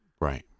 Right